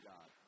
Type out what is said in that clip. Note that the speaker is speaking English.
God